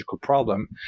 problem